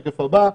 השקף הבא,